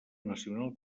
nacional